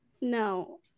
no